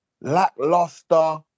lackluster